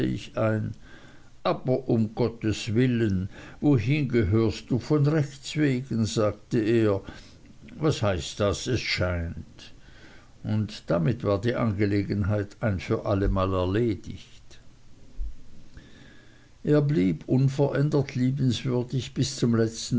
ich ein aber um gotteswillen wohin gehörst du von rechts wegen sagte er was heißt das es scheint und damit war die angelegenheit ein für allemal erledigt er blieb unverändert liebenswürdig bis zum letzten